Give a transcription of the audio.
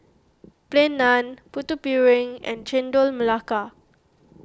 Plain Naan Putu Piring and Chendol Melaka